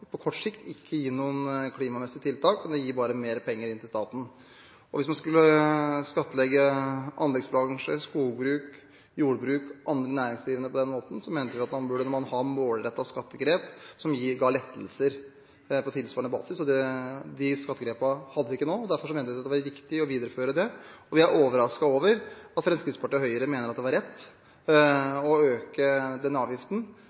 på kort sikt ikke kommer til å gi noen klimamessig effekt, men bare gi mer penger inn til staten. Hvis man skulle skattlegge anleggsbransjen, skogbruk, jordbruk og andre næringer på denne måten, mente vi at man burde ha målrettede skattegrep som ga lettelser på tilsvarende basis, og de skattegrepene hadde vi ikke nå. Derfor mente vi det var riktig å videreføre det, og vi er overrasket over at Fremskrittspartiet og Høyre mener det er rett å øke den avgiften når vi ikke kan dokumentere at det